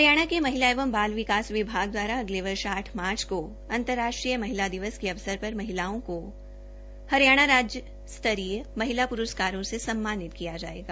हरियाणा के महिला एवं बाल विकास विभाग द्वारा अगले वर्ष आठ मार्च को अंतर्राष्ट्रीय महिला दिवस के अवसर पर महिलाओं को हरियाणा राज्य स्तरीय महिला प्रस्कारों से सम्मानित किया जायेगा